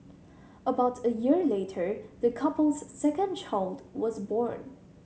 about a year later the couple's second child was born